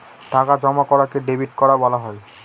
টাকা জমা করাকে ডেবিট করা বলা হয়